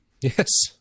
Yes